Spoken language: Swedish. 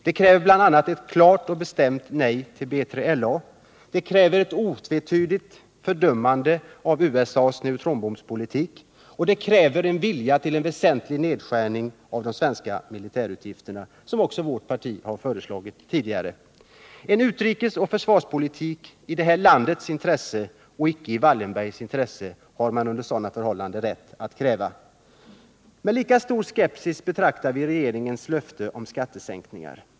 Det kräver bl.a. ett klart och bestämt nej till B3LA, det kräver ett otvetydigt fördömande av USA:s neutronbombspolitik och det kräver en vilja till en väsentlig nedskärning av de svenska militärutgifterna, såsom vårt parti också har föreslagit tidigare. En utrikesoch försvarspolitik i landets, icke i Wallenbergs, intresse har man under sådana förhållanden rätt att kräva. Med lika stor skepsis betraktar vi regeringens löfte om skattesänkningar.